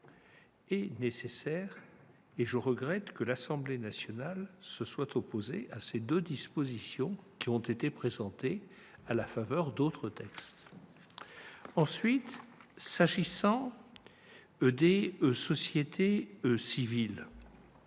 est nécessaire. Je regrette que l'Assemblée nationale se soit opposée à ces deux dispositions qui ont été présentées à la faveur d'autres textes. S'agissant maintenant des sociétés civiles,